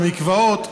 המקוואות.